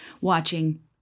watching